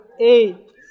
eight